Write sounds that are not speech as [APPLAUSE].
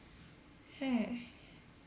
[BREATH]